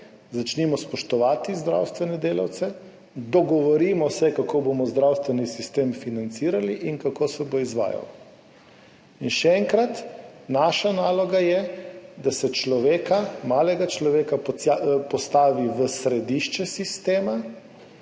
začnimo spoštovati zdravstvene delavce, dogovorimo se, kako bomo zdravstveni sistem financirali in kako se bo izvajal. Še enkrat, naša naloga je, da se človeka, malega človeka postavi v središče sistema,